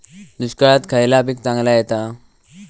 दुष्काळात खयला पीक चांगला येता?